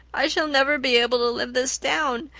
i shall never be able to live this down.